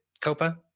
Copa